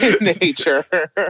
Nature